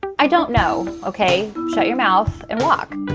i don't know. ok? shut your mouth and walk